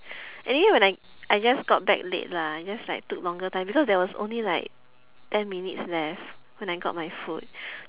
anyway when I I just got back late lah I just like took longer time because there was only like ten minutes left when I got my food